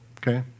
okay